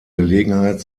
gelegenheit